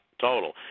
total